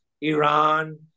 Iran